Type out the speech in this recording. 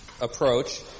approach